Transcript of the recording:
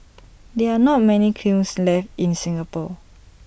there are not many kilns left in Singapore